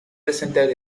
resented